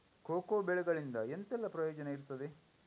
Cocoa ಬೆಳೆಗಳಿಂದ ಎಂತೆಲ್ಲ ಪ್ರಯೋಜನ ಇರ್ತದೆ?